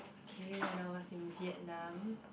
k when I was in Vietnam